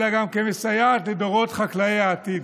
אלא גם מסייעת לדורות חקלאי העתיד.